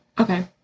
Okay